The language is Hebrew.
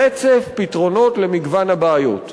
רצף פתרונות למגוון הבעיות.